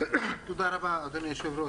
תודה רבה אדוני היו"ר.